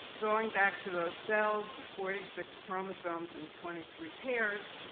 going back to those cells the forty six chromosomes in twenty three pairs,